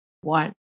one